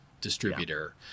distributor